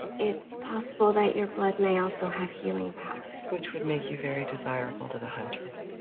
it's possible that your blood may also have healing powers. which would make you very desirable to the hunters.